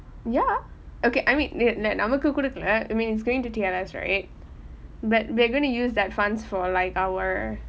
ya okay I mean நம்மக்கு கொடுக்கில்லை:namakku kodukkillai I mean it's going to T_L_S right but we're gonna use that funds for like our